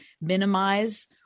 minimize